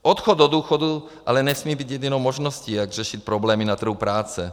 Odchod do důchodu ale nesmí být jedinou možností, jak řešit problémy na trhu práce.